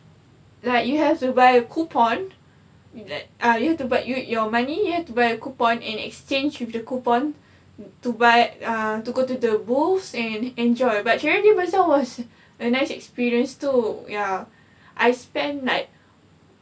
like you have to buy a coupon is that uh you have to buy with your money you have to buy coupon and exchange with the coupon to buy err to go to the booths and enjoy but charity bazaar was a nice experience too ya I spent like